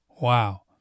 Wow